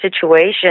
situation